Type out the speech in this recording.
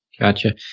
Gotcha